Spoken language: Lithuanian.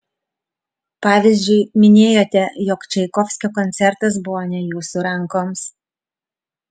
pavyzdžiui minėjote jog čaikovskio koncertas buvo ne jūsų rankoms